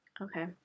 Okay